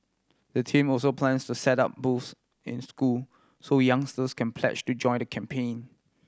the team also plans to set up booths in schools so youngsters can pledge to join the campaign